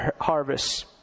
harvest